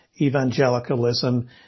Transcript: evangelicalism